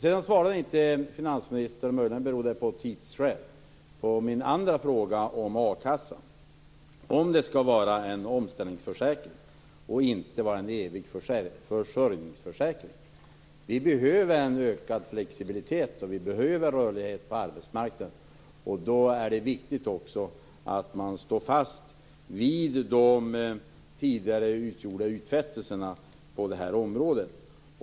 Sedan svarade inte finansministern, möjligen av tidsskäl, på min andra fråga. Den gällde a-kassan. Skall det vara en omställningsförsäkring och inte en evig försörjningsförsäkring? Vi behöver en ökad flexibilitet, och vi behöver rörlighet på arbetsmarknaden. Då är det viktigt att man står fast vid de tidigare gjorda utfästelserna på det här området.